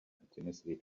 continuously